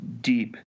deep